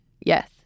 Yes